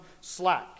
slack